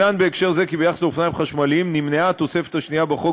בהקשר זה יצוין כי ביחס לאופניים חשמליים נמנעה התוספת השנייה בחוק